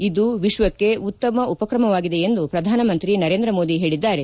ಇದು ವಿಶ್ವಕ್ಕೆ ಉತ್ತಮ ಉಪಕ್ರಮವಾಗಿದೆ ಎಂದು ಪ್ರಧಾನಮಂತ್ರಿ ನರೇಂದ್ರ ಮೋದಿ ಹೇಳದ್ದಾರೆ